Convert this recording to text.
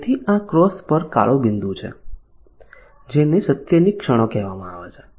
તેથી આ ક્રોસ પર કાળો બિંદુ છે જેને સત્યની ક્ષણો કહેવામાં આવે છે